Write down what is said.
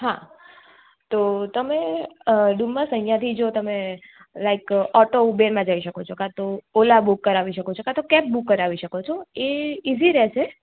હા તો તમે ડુમસ અહીંથી જો તમે લાઇક ઓટો ઉબેરમાં જઈ શકો છો કાં તો ઓલા બુક કરાવી શકો છો કાં તો કેબ બુક કરાવી શકો છો એ ઈઝી રહેશે